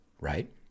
right